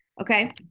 Okay